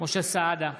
משה סעדה,